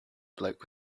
bloke